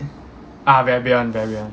ah vabion vabion